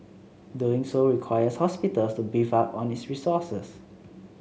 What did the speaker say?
doing so requires hospitals to beef up on its resources